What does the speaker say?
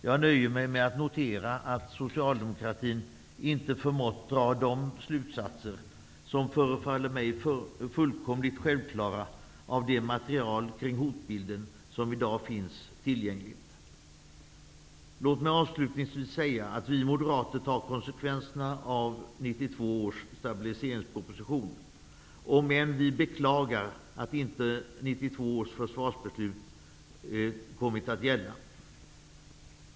Jag nöjer mig med att notera att socialdemokratin inte förmått dra de slutsatser, som förefaller mig fullkomligt självklara, av det material kring hotbilden som i dag finns tillgängligt. Låt mig avslutningsvis säga att vi moderater tar konsekvenserna av 1992 års stabiliseringspolitiska proposition, även om vi beklagar att 1992 års försvarpolitiska beslut inte kom att gälla.